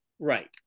Right